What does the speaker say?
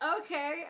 Okay